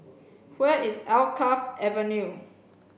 where is Alkaff Avenue